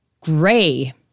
gray